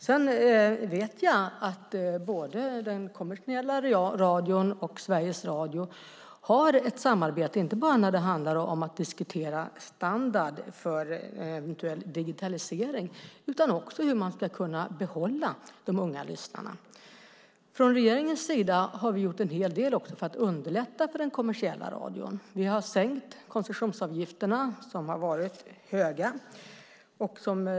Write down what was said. Jag vet att den kommersiella radion och Sveriges Radio har ett samarbete inte bara när det handlar om att diskutera standard för en eventuell digitalisering utan också när det gäller hur man ska kunna behålla de unga lyssnarna. Vi i regeringen har också gjort en hel del för att underlätta för den kommersiella radion. Vi har sänkt koncessionsavgifterna, som har varit höga.